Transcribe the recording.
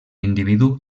individu